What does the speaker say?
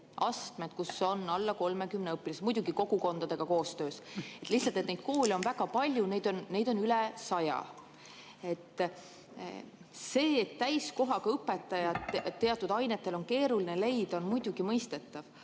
astmed, kus on alla 30 õpilase, muidugi kogukondadega koostöös. Lihtsalt neid koole on väga palju, neid on üle 100. See, et täiskohaga õpetajat teatud ainetes on keeruline leida, on muidugi mõistetav,